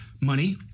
money